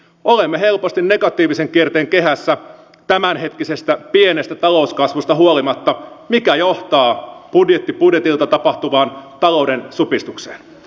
olemme helposti negatiivisen kierteen kehässä tämänhetkisestä pienestä talouskasvusta huolimatta mikä johtaa budjetti budjetilta tapahtuvaan talouden supistukseen